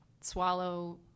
swallow